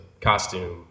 costume